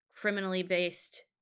criminally-based